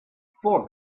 before